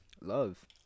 love